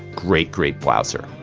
great, great blouser,